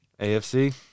AFC